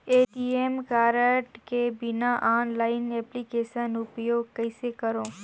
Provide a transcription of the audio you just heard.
ATM card के बिना online application उपयोग कइसे करो?